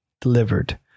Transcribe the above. delivered